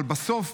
אבל בסוף,